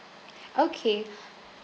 okay